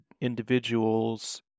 individuals